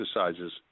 exercises